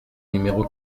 numéro